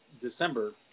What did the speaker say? December